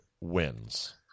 wins